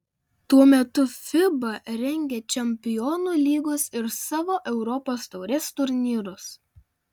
tuo metu fiba rengia čempionų lygos ir savo europos taurės turnyrus